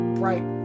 bright